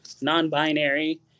non-binary